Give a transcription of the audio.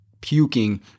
puking